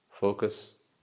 focus